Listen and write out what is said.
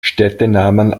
städtenamen